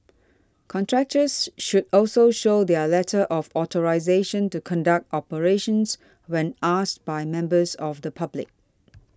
contractors should also show their letter of authorisation to conduct operations when asked by members of the public